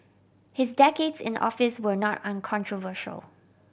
his decades in office were not uncontroversial